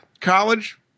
College